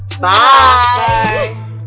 Bye